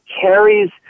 carries